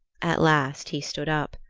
at last he stood up.